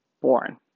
born